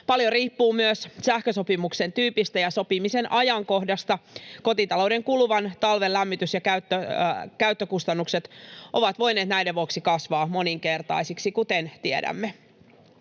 Paljon riippuu myös sähkösopimuksen tyypistä ja sopimisen ajankohdasta. Kotitalouden kuluvan talven lämmitys- ja käyttökustannukset ovat voineet näiden vuoksi kasvaa moninkertaisiksi, kuten tiedämme,